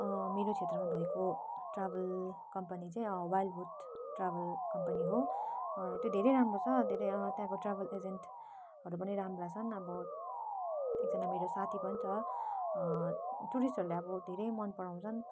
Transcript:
मेरो क्षेत्रमा भएको ट्र्याभल कम्पनी चाहिँ वाइल्ड वुड ट्र्याभल कम्पनी हो त्यो धेरै राम्रो छ धेरै त्यहाँको ट्र्याभल एजेन्टहरू पनि राम्रा छन् अब एकजना मेरो साथी पनि छ टुरिस्टहरूले अब धेरै मनपराउँछन्